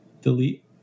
delete